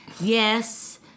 yes